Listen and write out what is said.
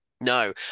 No